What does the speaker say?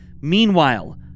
Meanwhile